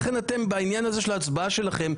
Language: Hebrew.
לכן בעניין הזה של ההצבעה שלכם,